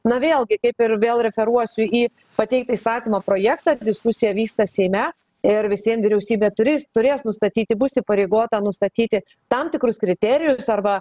na vėlgi kaip ir vėl referuosiu į pateiktą įstatymo projektą ir diskusija vyksta seime ir vis vien vyriausybė turės turės nustatyti bus įpareigota nustatyti tam tikrus kriterijus arba